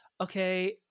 okay